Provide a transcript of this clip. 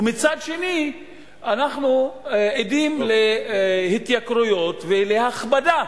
ומצד שני אנחנו עדים להתייקרויות ולהכבדה,